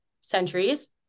centuries